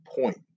point